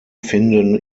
finden